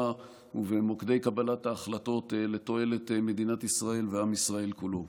ובמוקדי קבלת ההחלטות לתועלת מדינת ישראל ועם ישראל כולו.